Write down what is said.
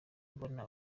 mbona